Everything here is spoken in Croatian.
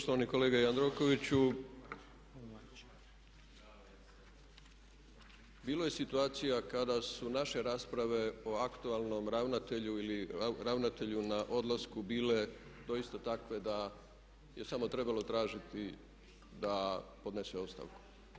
Poštovani kolega Jandrokoviću, bilo je situacija kada su naše rasprave o aktualnom ravnatelju ili ravnatelju na odlasku bile doista takve da je samo trebalo tražiti da podnese ostavku.